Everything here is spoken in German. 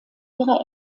ihrer